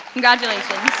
congratulations.